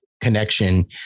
connection